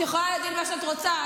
את יכולה להגיד מה שאת רוצה,